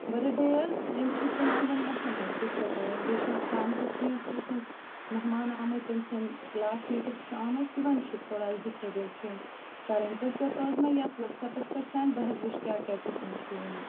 بٔرتھ day حظ یِم چھِ تٔمۍ سٕنٛدیٚن ویٚسَن حظ گِفٹہٕ کَرٕنۍ بیٚیہِ چھِ اَسہِ پانہٕ تہِ کیٚنہہ تٔمۍ سٕنٛز مہمان آمٕتۍ تٔمۍ سٕنٛدۍ کَلاس میٹٕز چھِ آمٕتۍ تِمَن چھِ تھوڑا حظ ڈِسٹَربیوٗٹ چھِ یِم کَرٕنۍ تُہۍ کٔرۍ تَو حظ مےٚ یَتھ واٹٕساَپَس پٮ۪ٹھ سیٚنٛڈ بہٕ حظ وٕچھِ کیٛاہ کیٛاہ قسٕم چھِ یِم